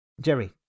Jerry